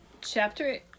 chapter